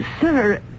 sir